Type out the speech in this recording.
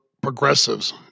progressives